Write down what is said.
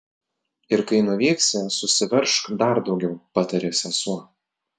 ir kai nuvyksi susiveržk dar daugiau patarė sesuo